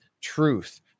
Truth